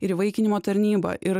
ir įvaikinimo tarnyba ir